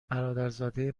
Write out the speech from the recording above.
برادرزاده